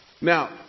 Now